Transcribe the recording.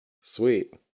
sweet